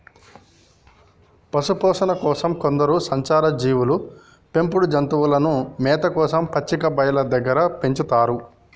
పశుపోషణ కోసం కొందరు సంచార జీవులు పెంపుడు జంతువులను మేత కోసం పచ్చిక బయళ్ళు దగ్గర పెంచుతారు